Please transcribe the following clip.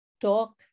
talk